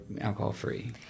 alcohol-free